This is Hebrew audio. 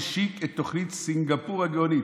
השיק את תוכנית סינגפור הגאונית,